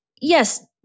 yes